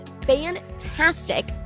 fantastic